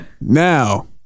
Now